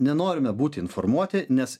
nenorime būti informuoti nes